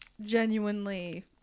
genuinely